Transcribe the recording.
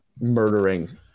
murdering